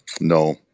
No